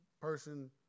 person